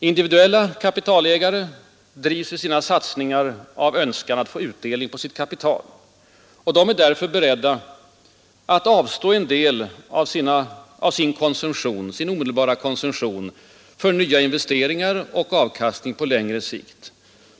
Individuella kapitalägare drivs vid sina satsningar av önskan att få utdelning på sitt kapital och är därför beredda att avstå en del av sin omedelbara konsumtion för nya investeringar och avkastning på längre sikt.